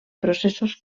processos